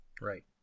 Right